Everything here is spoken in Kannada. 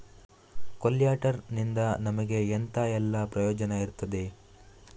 ಕೊಲ್ಯಟರ್ ನಿಂದ ನಮಗೆ ಎಂತ ಎಲ್ಲಾ ಪ್ರಯೋಜನ ಇರ್ತದೆ?